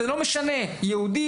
וזה לא משנה אם מדובר ביהודי,